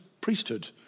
priesthood